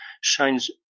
shines